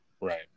Right